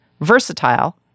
Versatile